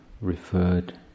referred